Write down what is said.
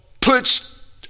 puts